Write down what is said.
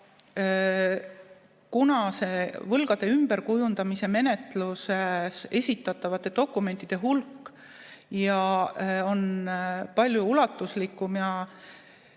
Kuna võlgade ümberkujundamise menetluses esitatavate dokumentide hulk on palju ulatuslikum ja